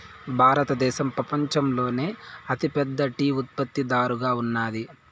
భారతదేశం పపంచంలోనే అతి పెద్ద టీ ఉత్పత్తి దారుగా ఉన్నాది